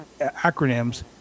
acronyms